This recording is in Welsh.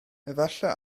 efallai